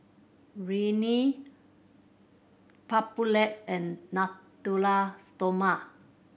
Rene Papulex and Natura Stoma